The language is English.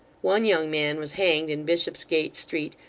one young man was hanged in bishopsgate street,